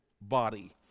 body